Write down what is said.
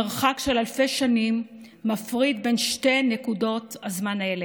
מרחק של אלפי שנים מפריד בין שתי נקודות הזמן האלה,